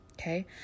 okay